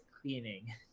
cleaning